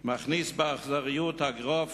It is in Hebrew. מכניס באכזריות אגרוף